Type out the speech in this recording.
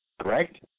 Correct